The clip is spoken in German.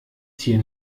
tier